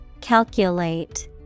Calculate